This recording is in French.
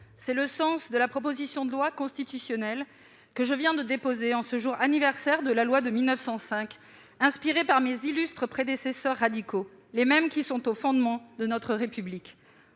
C'est le sens de la proposition de loi constitutionnelle que je viens de déposer, en ce jour anniversaire de la loi de 1905, inspirée par mes illustres prédécesseurs radicaux, ceux-là mêmes qui sont aux fondements de notre République.